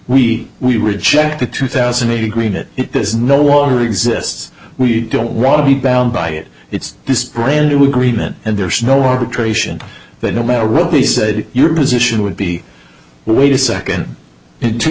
we we rejected two thousand a green it is no longer exists we don't want to be bound by it it's this brand new agreement and there's no arbitration that no matter what we said your position would be wait a second in two